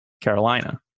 Carolina